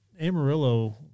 Amarillo